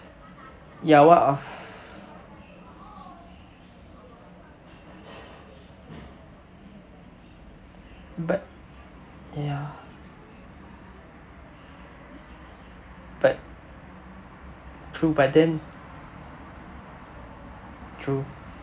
ya what are f~ but ya but true but then true